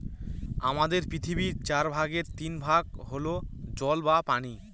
আমাদের পৃথিবীর চার ভাগের তিন ভাগ হল জল বা পানি